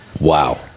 Wow